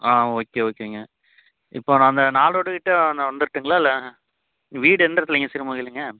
ஆ okay ஓகேங்க இப்போ நான் அந்த நால்ரோடுகிட்ட நான் வந்துருட்டுங்களா இல்லை வீடு எந்த இடத்துலைங்க சிறுமூளைலைங்க